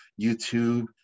YouTube